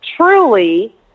truly